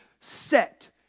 set